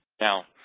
now,